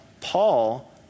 Paul